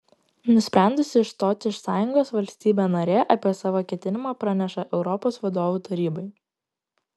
nusprendusi išstoti iš sąjungos valstybė narė apie savo ketinimą praneša europos vadovų tarybai